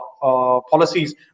policies